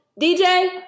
DJ